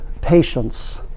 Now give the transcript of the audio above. patience